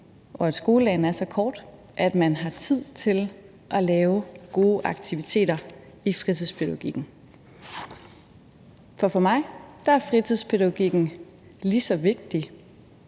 og at skoledagen var så kort, at man havde tid til at lave gode aktiviteter i fritidspædagogikken. For for mig er fritidspædagogikken lige så vigtig